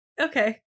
Okay